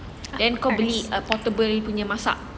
then kau beli portable punya masak